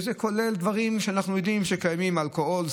כולל דברים שאנחנו יודעים שקיימים: אלכוהול,